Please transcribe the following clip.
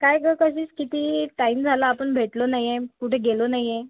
काय ग कशी आहेस किती टायम झाला आपण भेटलो नाही आहे कुठे गेलो नाही आहे